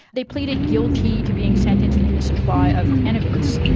they pleaded guilty to being sentenced in the supply of cannabis,